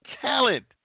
talent